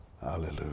Hallelujah